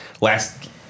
Last